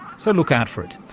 so look out for it.